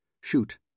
Shoot